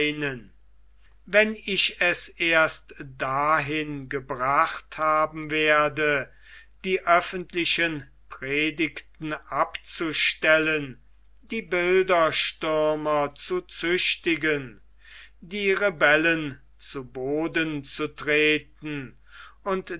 wenn ich es erst dahin gebracht haben werde die öffentlichen predigten abzustellen die bilderstürmer zu züchtigen die rebellen zu boden zu treten und